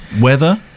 weather